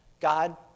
God